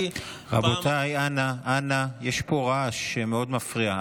רבותיי, אנא, יש פה רעש שמאוד מפריע.